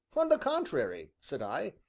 on the contrary, said i,